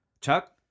Chuck